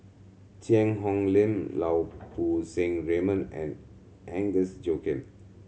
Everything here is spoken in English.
Cheang Hong Lim Lau Poo Seng Raymond and Agnes Joaquim